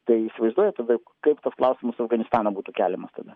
tai įsivaizduojat tada kaip tas klausimas su afganistanu būtų keliamas tada